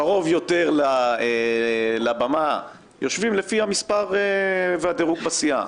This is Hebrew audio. קרובים לבמה יושבים לפי המספר והדירוג למטה.